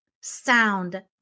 sound